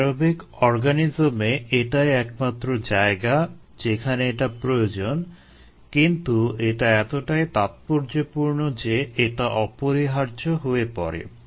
aerobic অর্গানিজমে এটাই একমাত্র জায়গা যেখানে এটা প্রয়োজন কিন্তু এটা এতোটাই তাৎপর্যপূর্ণ যে এটা অপরিহার্য হয়ে পরে